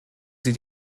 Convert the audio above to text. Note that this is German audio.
sie